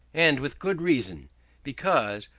and with good reason because,